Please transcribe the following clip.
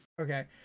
Okay